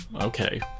okay